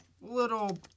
little